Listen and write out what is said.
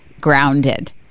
grounded